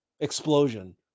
explosion